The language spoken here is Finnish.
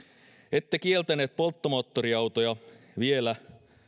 ette kieltäneet polttomoottoriautoja vielä